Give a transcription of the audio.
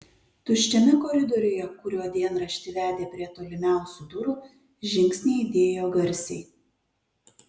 tuščiame koridoriuje kuriuo dienraštį vedė prie tolimiausių durų žingsniai aidėjo garsiai